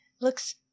looks